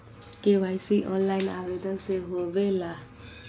KYC online आवेदन से होवे ला?